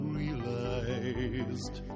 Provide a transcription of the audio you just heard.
realized